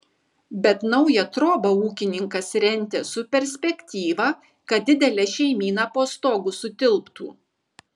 bet naują trobą ūkininkas rentė su perspektyva kad didelė šeimyna po stogu sutilptų